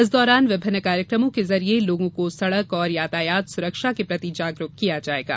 इस दौरान विभिन्न कार्यकमों के जरिए लोगों को सड़क और यातायात सुरक्षा के प्रति जागरूक किया जायेगा